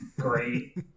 great